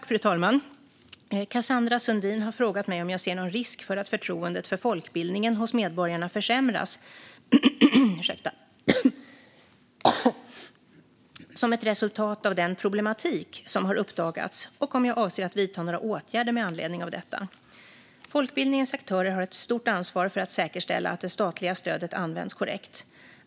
Fru talman! Cassandra Sundin har frågat mig om jag ser någon risk för att förtroendet för folkbildningen hos medborgarna försämras som ett resultat av den problematik som har uppdagats och om jag avser att vidta några åtgärder med anledning av detta. Folkbildningens aktörer har ett stort ansvar för att säkerställa att det statliga stödet används korrekt.